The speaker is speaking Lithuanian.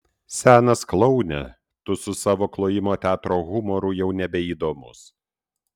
senas kloune tu su savo klojimo teatro humoru jau nebeįdomus